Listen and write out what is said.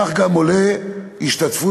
כך גם עולה השתתפות